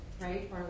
right